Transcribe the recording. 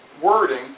wording